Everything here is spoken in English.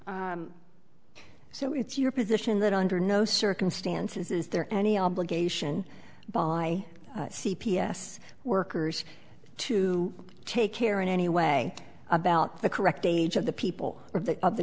so it's your position that under no circumstances is there any obligation by c p s workers to take care in any way about the correct age of the people or that of the